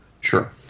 Sure